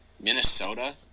Minnesota